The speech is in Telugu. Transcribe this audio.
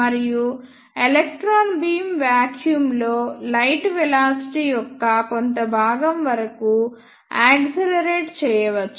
మరియు ఎలక్ట్రాన్ బీమ్ వాక్యూమ్ లో లైట్ వెలాసిటీ యొక్క కొంత భాగం వరకు యాక్సిలరేట్ చేయవచ్చు